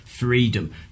freedom